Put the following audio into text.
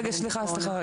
סליחה.